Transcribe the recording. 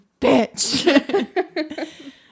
bitch